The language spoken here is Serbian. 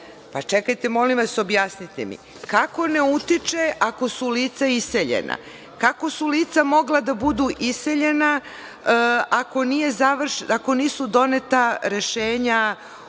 Čekajte, molim vas, objasnite mi, kako ne utiče, ako su lica iseljena? Kako su lica mogla da budu iseljena ako nisu doneta rešenja o rušenju